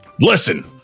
Listen